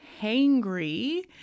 hangry